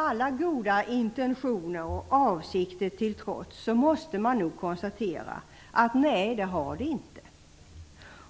Alla goda intentioner till trots måste man nog konstatera: Nej, så har det inte blivit.